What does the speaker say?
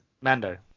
Mando